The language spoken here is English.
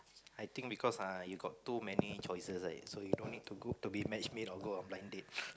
I think because uh you got too many choices right so you don't need to go to be match made or go on blind date